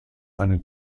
einen